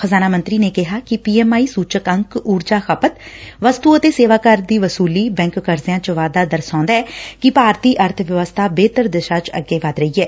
ਖਜ਼ਾਨਾ ਮੰਤਰੀ ਨੇ ਕਿਹਾ ਕਿ ਪੀ ਐਮ ਆਈ ਸੁਚਕ ਅੰਕ ਉਰਜਾ ਖ਼ਪਤ ਵਸਤੁ ਅਤੇ ਸੇਵਾ ਕਰ ਦੀ ਵਸੁਲੀ ਚੈਕ ਕਰਜ਼ਿਆਂ ਚ ਵਾਧਾ ਦਰਸਾਉਦੀ ਐ ਕਿ ਭਾਰਤੀ ਅਰਬ ਵਿਵਸਥਾ ਬਿਹਤਰ ਦਿਸ਼ਾ ਚ ਅੱਗੇ ਵੱਧ ਰਹੀ ਐ